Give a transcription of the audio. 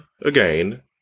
again